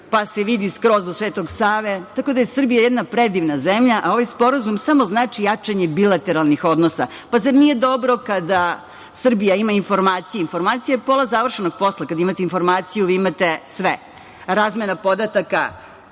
pa se vidi skroz do Svetog Save, tako da je Srbija jedan predivna zemlja, a ovaj sporazum samo znači jačanje bilateralnih odnosa. Pa zar nije dobro kada Srbija ima informacije? Informacija je pola završenog posla. Kada imate informaciju, vi imate sve. Razmena podataka.